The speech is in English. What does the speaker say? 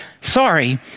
Sorry